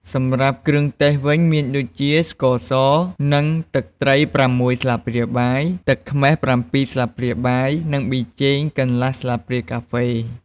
សម្រាប់គ្រឿងទេសវិញ មានដូចជា ស្ករស និង ទឹកត្រី៦ស្លាបព្រាបាយ ទឹកខ្មេះ៧ស្លាបព្រាបាយ និងប៊ីចេងកន្លះស្លាបព្រាកាហ្វេ។